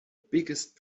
biggest